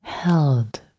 Held